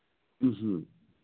ꯎꯝ ꯎꯝ